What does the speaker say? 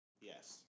Yes